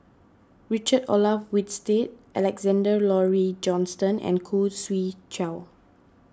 Richard Olaf Winstedt Alexander Laurie Johnston and Khoo Swee Chiow